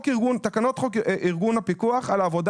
תקנות חוק ארגון הפיקוח על העבודה